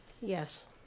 Yes